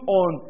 on